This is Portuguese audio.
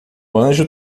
anjo